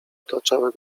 otaczały